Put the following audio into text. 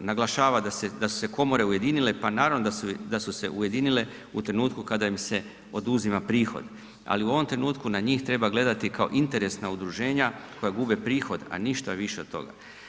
naglašava da su se komore ujedinile, pa naravno da su se ujedinile u trenutku kada im se oduzima prihod, ali u ovom trenutku na njih treba gledati kao interesna udruženja koja gube prihod, a ništa više od toga.